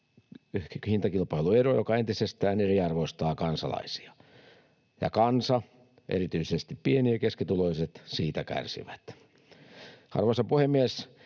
hintakilpailuero, joka entisestään eriarvoistaa kansalaisia, ja kansa, erityisesti pieni‑ ja keskituloiset, siitä kärsii. Arvoisa puhemies!